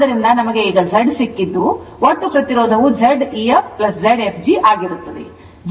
ಆದ್ದರಿಂದ ನಮಗೆ ಈಗ Z ಸಿಕ್ಕಿದ್ದು ಒಟ್ಟು ಪ್ರತಿರೋಧವು Zef Zfg ಆಗಿರುತ್ತದೆ